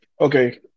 Okay